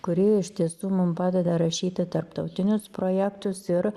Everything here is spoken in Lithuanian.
kuri iš tiesų mum padeda rašyti tarptautinius projektus ir